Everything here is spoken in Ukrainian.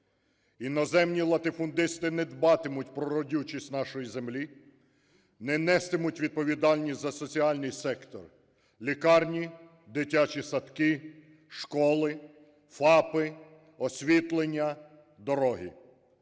Іноземні латифундисти не дбатимуть про родючість нашої землі, не нестимуть відповідальність за соціальний сектор: лікарні, дитячі садки, школи, ФАПи, освітлення, дороги.